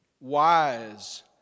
wise